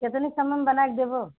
कितने समय में बनाकर देबो